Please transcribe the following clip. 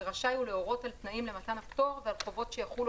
ורשאי הוא להורות על תנאים למתן הפטור ועל חובות שיחולו